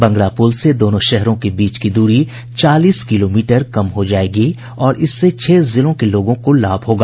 बंगरा प्रल से दोनों शहरों के बीच की दूरी चालीस किलोमीटर कम हो जायेगी और इससे छह जिलों के लोगों को लाभ होगा